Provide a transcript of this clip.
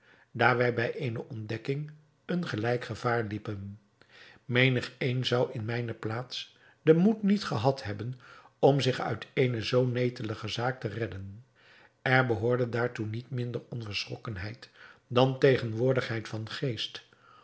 wij bij eene ontdekking een gelijk gevaar liepen menigeen zou in mijne plaats den moed niet gehad hebben om zich uit eene zoo netelige zaak te redden er behoorde daartoe niet minder onverschrokkenheid dan tegenwoordigheid van geest